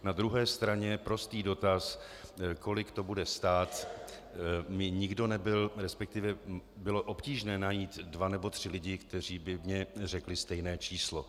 Na druhé straně prostý dotaz, kolik to bude stát, mi nikdo nebyl, resp. bylo obtížné najít dva nebo tři lidi, kteří by mně řekli stejné číslo.